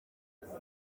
gusa